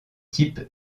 type